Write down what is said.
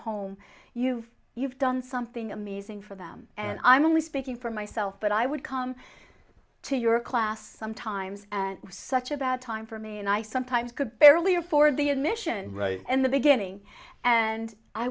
home you you've done something amazing for them and i'm only speaking for myself but i would come to your class sometimes and such a bad time for me and i sometimes could barely afford the admission right in the beginning and i